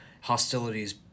hostilities